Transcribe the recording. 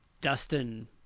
Dustin